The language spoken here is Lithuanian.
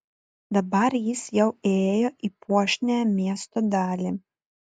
dabar jis jau įėjo į puošniąją miesto dalį